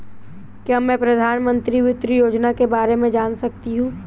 क्या मैं प्रधानमंत्री वित्त योजना के बारे में जान सकती हूँ?